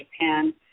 Japan